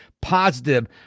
positive